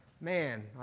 man